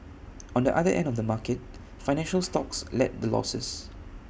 on the other end of the market financial stocks led the losses